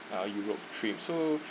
uh europe trip so